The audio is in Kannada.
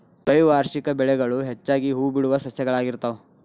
ದ್ವೈವಾರ್ಷಿಕ ಬೆಳೆಗಳು ಹೆಚ್ಚಾಗಿ ಹೂಬಿಡುವ ಸಸ್ಯಗಳಾಗಿರ್ತಾವ